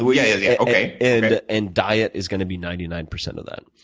yeah yeah okay. and and diet is going to be ninety nine percent of that.